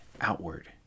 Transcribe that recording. outward